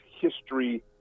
history